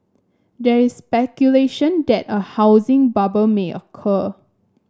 there is speculation that a housing bubble may occur